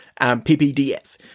PPDF